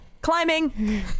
Climbing